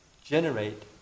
generate